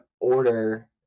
order